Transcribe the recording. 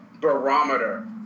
barometer